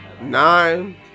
nine